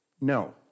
No